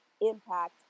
impact